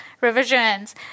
revisions